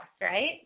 right